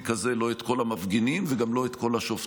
כזה לא את כל המפגינים וגם לא את כל השופטים,